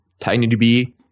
TinyDB